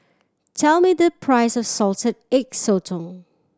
tell me the price of Salted Egg Sotong